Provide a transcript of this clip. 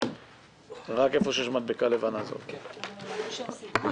ממש כך,